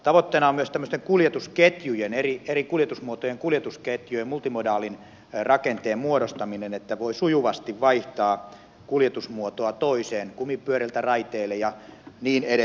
tavoitteena on myös eri kuljetusmuotojen kuljetusketjujen multimodaalin rakenteen muodostaminen että voi sujuvasti vaihtaa kuljetusmuotoa toiseen kumipyöriltä raiteille ja niin edespäin